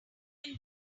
can